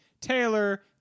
Taylor